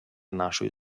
нашої